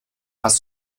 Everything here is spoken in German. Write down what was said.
hast